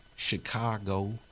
Chicago